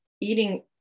eating